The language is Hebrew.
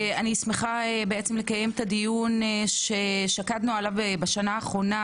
אני שמחה לקיים את הדיון ששקדנו עליו בשנה האחרונה,